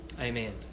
Amen